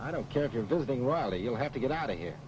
i don't care if you're visiting riley you'll have to get out of here